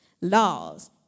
laws